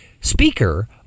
speaker